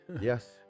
Yes